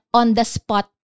on-the-spot